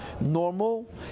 normal